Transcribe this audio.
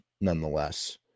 nonetheless